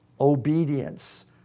obedience